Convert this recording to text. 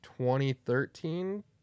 2013